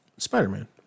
Spider-Man